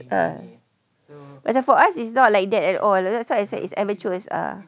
uh macam for us it's not like that at all that's why I say it's amateurs lah